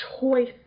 choice